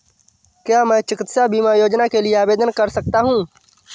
क्या मैं चिकित्सा बीमा योजना के लिए आवेदन कर सकता हूँ?